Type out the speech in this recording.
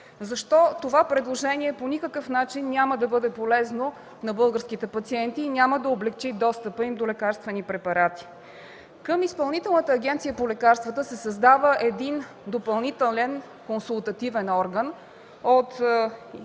защо това предложение по никакъв начин няма да бъде полезно на българските пациенти и няма да облекчи достъпа им до лекарствени препарати. Към Изпълнителната агенция по лекарствата се създава един допълнителен консултативен орган от